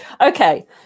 Okay